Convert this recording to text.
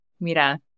mira